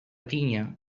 tinya